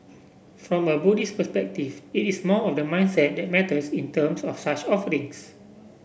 from a Buddhist perspective it is more of the mindset that matters in terms of such offerings